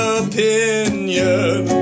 opinion